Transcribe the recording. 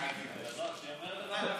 היושבת-ראש,